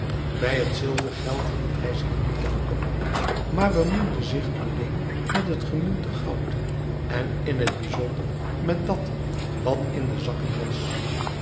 bij het zilvergeld hield hij zich niet lang op maar bemoeide zich alleen met het gemunte goud en in t bijzonder met dat wat in de zakken was